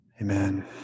Amen